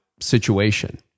situation